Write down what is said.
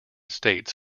states